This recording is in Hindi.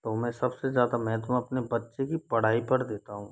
तो मैं सबसे ज़्यादा महत्व अपने बच्चे की पढ़ाई पर दता हूँ